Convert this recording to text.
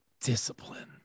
discipline